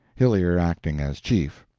hillyer acting as chief.